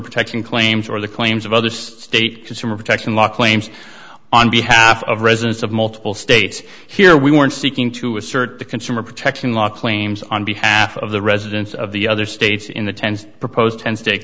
protection claims or the claims of other state consumer protection law claims on behalf of residents of multiple states here we weren't seeking to assert the consumer protection law claims on behalf of the residents of the other states in the s proposed ten st